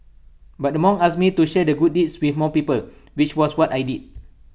but the monk asked me to share the good deed with more people which was what I did